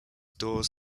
doors